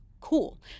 Cool